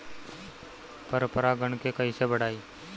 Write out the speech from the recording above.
पर परा गण के कईसे बढ़ाई?